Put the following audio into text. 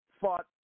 fought